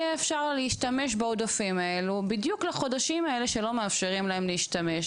יהיה אפשר להשתמש בעודפים האלו בדיוק לחודשים האלה שלא מאפשרים להשתמש,